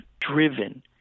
driven